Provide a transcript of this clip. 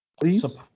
Please